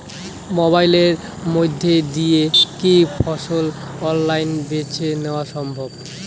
মোবাইলের মইধ্যে দিয়া কি ফসল অনলাইনে বেঁচে দেওয়া সম্ভব?